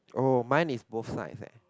oh mine is both sides leh